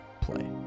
play